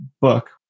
book